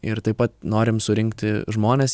ir taip pat norim surinkti žmones